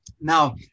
Now